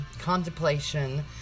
contemplation